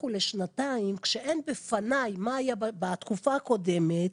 לשנתיים כשאין בפניי מה היה בתקופה הקודמת.